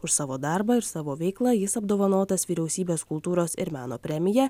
už savo darbą ir savo veiklą jis apdovanotas vyriausybės kultūros ir meno premija